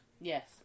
Yes